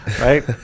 right